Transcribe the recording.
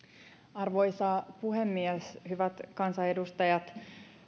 arvoisa puhemies hyvät kansanedustajat